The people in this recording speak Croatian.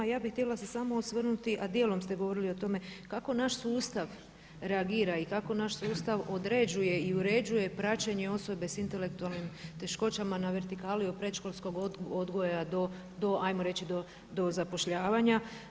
Ja bih htjela se samo osvrnuti, a dijelom ste govorili o tome kako naš sustav reagira i kako naš sustav određuje i uređuje praćenje osobe sa intelektualnim teškoćama na vertikali od predškolskog odgoja do hajmo reći do zapošljavanja.